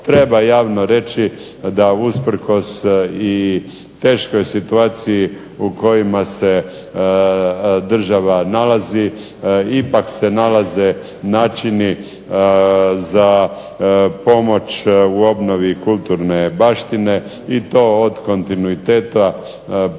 treba javno reći da usprkos i teškoj situaciji u kojima se država nalazi ipak se nalaze načini za pomoću u obnovi kulturne baštine i to od kontinuiteta preko